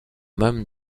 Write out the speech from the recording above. même